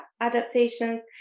adaptations